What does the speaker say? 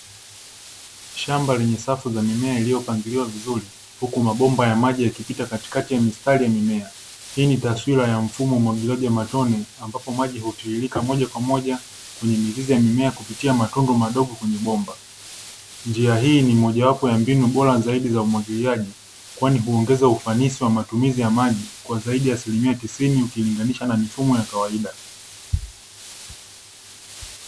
Shamba lenye safu za mimea iliyopangiliwa vizuri, huku mabomba ya maji yakipita katikati ya mistari ya mimea. Hii ni taswira ya mfumo wa umwagiliaji wa matone, ambapo maji hutiririka moja kwa moja kwenye mizizi ya mimea kupitia matundu madogo kwenye bomba. Njia hii ni mojawapo ya mbinu bora zaidi za umwagiliaji, kwani huongeza ufanisi wa matumizi ya maji kwa zaidi ya asilimia tisini ukilinganisha na mifumo ya kawaida.